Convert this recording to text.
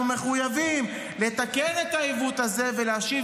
אנחנו מחויבים לתקן את העיוות הזה ולהשיב